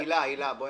הילה דוידוביץ,